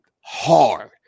Hard